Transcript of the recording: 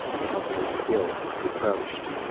they held very still as he approached.